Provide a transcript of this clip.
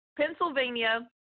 Pennsylvania